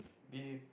they